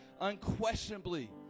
unquestionably